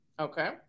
Okay